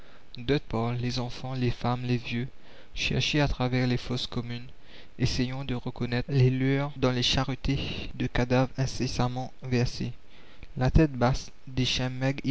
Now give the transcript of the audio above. d'autre part les enfants les femmes les vieux cherchaient à travers les fosses communes essayant de reconnaître les leurs dans les charretées de cadavres incessamment versées la commune la tête basse des